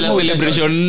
celebration